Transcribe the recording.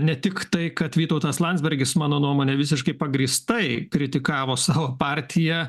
ne tik tai kad vytautas landsbergis mano nuomone visiškai pagrįstai kritikavo savo partiją